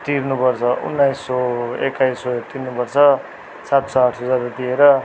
तिर्नुपर्छ उन्नाइस सय एक्काइस सय तिर्नुपर्छ सात सय आठ सय ज्यादा दिएर